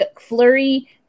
Flurry